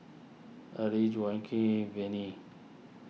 Early Joaquin Venie